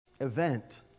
event